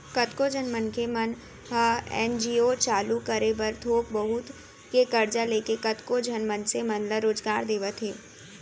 कतको झन मनखे मन ह एन.जी.ओ चालू करे बर थोक बहुत के करजा लेके कतको झन मनसे मन ल रोजगार देवत हे